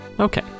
Okay